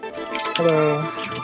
Hello